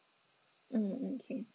mm okay